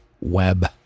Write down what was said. Web